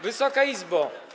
Wysoka Izbo!